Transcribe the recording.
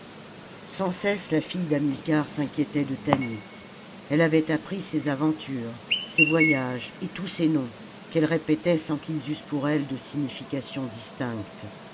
sans cesse la fille d'hamilcar s'inquiétait de tanit elle avait appris ses aventures ses voyages et tous ses noms qu'elle répétait sans qu'ils eussent pour elle de signification distincte